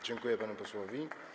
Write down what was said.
Dziękuję panu posłowi.